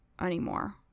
anymore